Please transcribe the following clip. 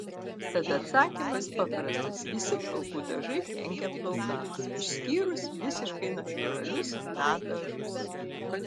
tad atsakymas paprastas visi plaukų dažai kenkia plaukams išskyrus visiškai natūralius chna dažus